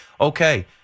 okay